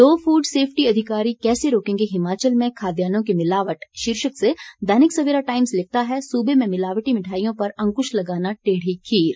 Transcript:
दो food safety अधिकारी कैसे रोकेंगे हिमाचल में खाद्यान्नों की मिलावट शीर्षक से दैनिक सवेरा टाइम्स लिखता है सूबे में मिलावटी मिठाइयों पर अंकुश लगाना टेढ़ी खीर